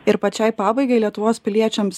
ir pačiai pabaigai lietuvos piliečiams